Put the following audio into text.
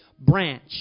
branch